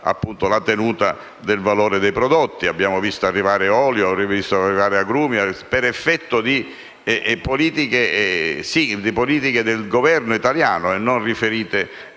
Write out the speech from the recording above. Abbiamo visto arrivare olio e agrumi per effetto di politiche del Governo italiano e non riferite alla